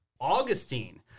augustine